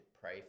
pray